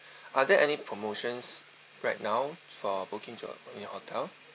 are there any promotions right now for booking to in your hotel